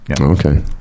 okay